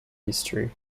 history